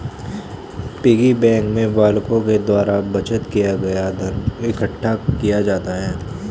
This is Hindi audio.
पिग्गी बैंक में बालकों के द्वारा बचत किया गया धन इकट्ठा किया जाता है